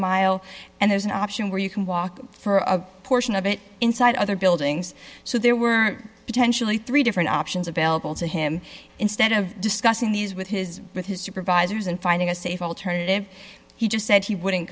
mile and there's an option where you can walk for a portion of it inside other buildings so there were two henschel the three different options available to him instead of discussing these with his with his supervisors and finding a safe alternative he just said he wouldn't